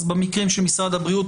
אז במקרים של משרד הבריאות,